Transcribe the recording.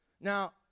Now